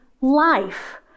life